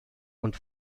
und